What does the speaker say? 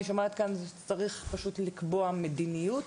אני שומעת כאן שצריך פשוט לקבוע מדיניות